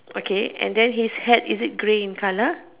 okay and then his hat is it grey in color